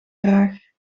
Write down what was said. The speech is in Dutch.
graag